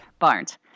Barnes